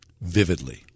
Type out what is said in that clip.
vividly